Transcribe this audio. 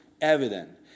evident